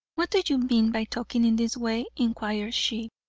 what do you mean by talking in this way? inquired she.